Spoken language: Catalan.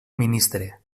ministre